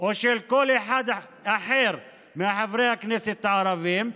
או של כל אחד אחר מחברי הכנסת הערבים,